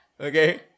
Okay